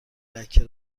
لکه